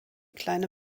kleine